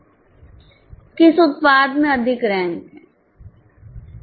किस उत्पाद में अधिक रैंक है